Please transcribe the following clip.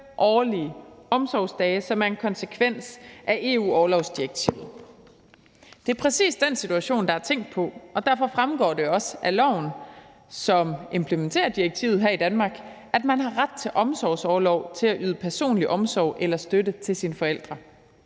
årlige omsorgsdage, som er en konsekvens af EU's orlovsdirektiv. Det er præcis den situation, der er tænkt på, og derfor fremgår det også af loven, som implementerer direktivet her i Danmark, at man har ret til omsorgsorlov til at yde personlig omsorg eller støtte til sine forældre.